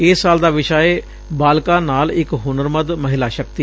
ਇਸ ਸਾਲ ਦਾ ਵਿਸ਼ਾ ਏ ਬਾਲਿਕਾ ਨਾਲ ਇਕ ਹੁਨਰਮੰਦ ਮਹਿਲਾ ਸ਼ਕਤੀ